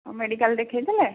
ହଁ ମେଡିକାଲ୍ ଦେଖେଇ ଥିଲେ